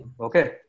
okay